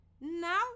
Now